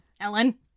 Ellen